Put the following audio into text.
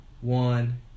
one